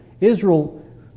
Israel